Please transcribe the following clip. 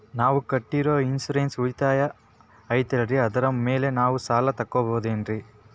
ನಾವು ಕಟ್ಟಿರೋ ಇನ್ಸೂರೆನ್ಸ್ ಉಳಿತಾಯ ಐತಾಲ್ರಿ ಅದರ ಮೇಲೆ ನಾವು ಸಾಲ ತಗೋಬಹುದೇನ್ರಿ?